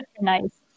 nice